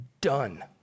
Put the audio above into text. done